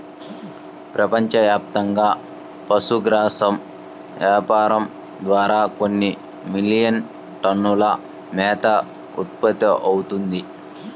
ప్రపంచవ్యాప్తంగా పశుగ్రాసం వ్యాపారం ద్వారా కొన్ని మిలియన్ టన్నుల మేత ఉత్పత్తవుతుంది